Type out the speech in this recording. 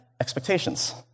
expectations